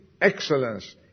excellence